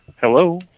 Hello